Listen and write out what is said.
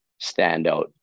standout